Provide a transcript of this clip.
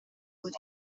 uri